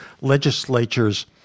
legislatures